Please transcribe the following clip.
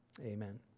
amen